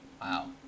wow